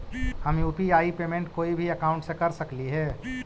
हम UPI payment कोई भी अकाउंट से कर सकली हे?